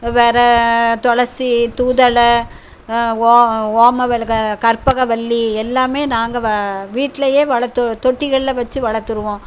வேற துளசி தூதுவல ஓ ஓம வெலக கற்பக வள்ளி எல்லாம் நாங்கள் வா வீட்லேயே வளர்த்து தொட்டிகளில் வச்சி வளர்த்துருவோம்